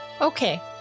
Okay